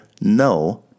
no